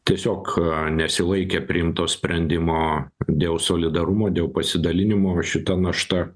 tiesiog nesilaikė priimto sprendimo dėl solidarumo dėl pasidalinimo šita našta